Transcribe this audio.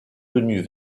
tenues